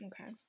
okay